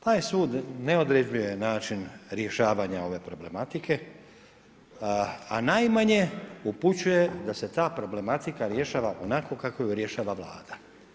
Taj sud ne određuje način rješavanja ove problematike, a najmanje upućuje da se ta problematika rješava onako kako ju rješava Vlada.